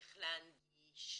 איך להנגיש,